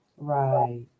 Right